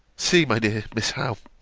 see, my dear miss howe!